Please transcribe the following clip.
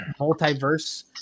multiverse